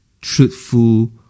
truthful